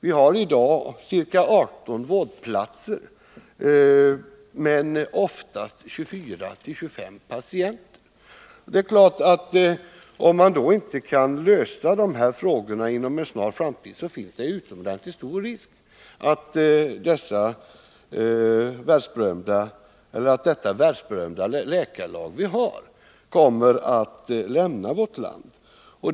Vi har i dag ca 18 vårdplatser men oftast 24-25 patienter. Om man inte kan lösa dessa frågor inom en snar framtid, finns det mycket stor risk för att det världsberömda läkarlag vi har kommer att lämna vårt land.